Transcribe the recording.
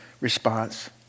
response